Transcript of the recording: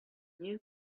new